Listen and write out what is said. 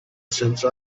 since